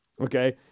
Okay